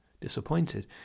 disappointed